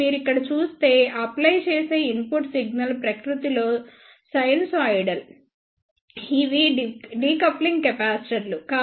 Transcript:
ఇప్పుడు మీరు ఇక్కడ చూస్తే అప్లై చేసే ఇన్పుట్ సిగ్నల్ ప్రకృతిలో సైనసోయిడల్ ఇవి డికప్లింగ్ కెపాసిటర్లు